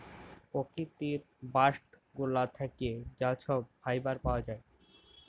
পকিতির বাস্ট গুলা থ্যাকে যা ছব ফাইবার পাউয়া যায়